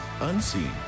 unseen